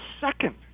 second